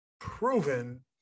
proven